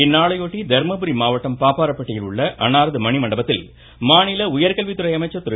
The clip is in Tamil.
இந்நாளையொட்டி தருமபுரி மாவட்டம் பாப்பாரப்பட்டியில் உள்ள அன்னாரது மணிமண்டபத்தில் மாநில உயர்கல்வித்துறை அமைச்சர் திரு